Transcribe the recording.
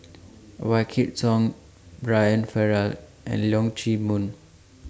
Wykidd Song Brian Farrell and Leong Chee Mun